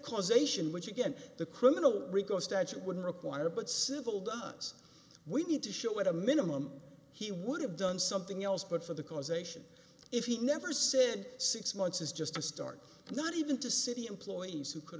causation which again the criminal rico statute would require but civil does we need to show at a minimum he would have done something else but for the causation if he never said six months is just a start and not even to city employees who could